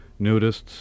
nudists